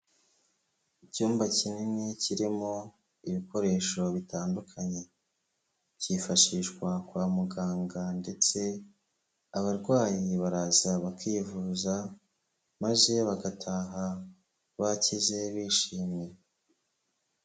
Icyumba kinini kirimo ibikoresho bitandukanye byifashishwa kwa muganga ndetse abarwayi baraza bakivuza maze bagataha bakize bishimye.